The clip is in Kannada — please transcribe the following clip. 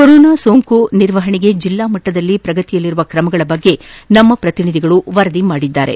ಕೊರೋನಾ ಸೋಂಕು ನಿರ್ವಹಣೆಗೆ ಜಿಲ್ಲಾ ಮಟ್ಟದಲ್ಲಿ ಪ್ರಗತಿಯಲ್ಲಿರುವ ಕ್ರಮಗಳ ಬಗ್ಗೆ ನಮ್ಮ ಪ್ರತಿನಿಧಿಗಳು ವರದಿ ಮಾಡಿದ್ದಾರೆ